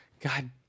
God